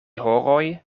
horoj